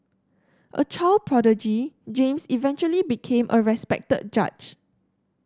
a child prodigy James eventually became a respected judge